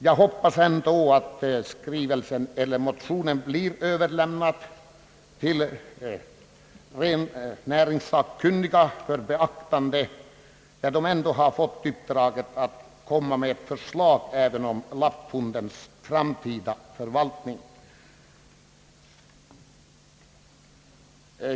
Jag hoppas ändå att motionerna blir överlämnade till rennäringssakkunniga för beaktande när dessa ändå har fått uppdraget att komma med ett förslag om lappfondens framtida förvaltning.